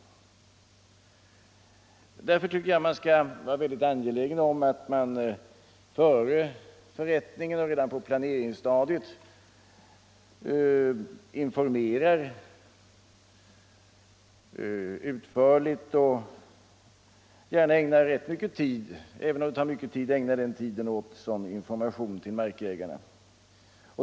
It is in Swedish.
Därför — lagen om kommistycker jag att man skall vara väldigt angelägen om att före förrättningen — sion, handelsagen — och redan på planeringsstadiet — informera markägarna utförligt, även = tur och handelsreom det tar rätt mycket tid.